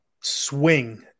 swing